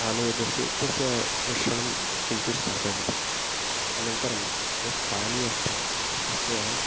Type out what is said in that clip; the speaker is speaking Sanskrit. आलू यदस्ति तस्य मिश्रणं किञ्चित् स्थापयन्ति अनन्तरं यत् पानी अस्ति तस्य